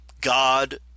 God